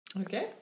okay